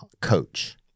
coach